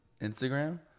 instagram